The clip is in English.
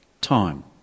Time